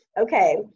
Okay